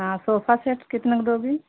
हाँ sofa set कितने का दोगी